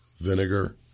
vinegar